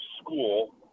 school –